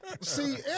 See